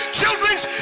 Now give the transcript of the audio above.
children's